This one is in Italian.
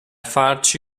farci